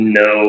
no